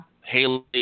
Haley